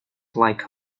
like